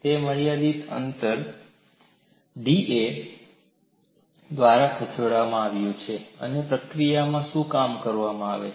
તે મર્યાદિત અંતર dv દ્વારા ખસેડવામાં આવ્યું છે અને પ્રક્રિયામાં શું કામ કરવામાં આવે છે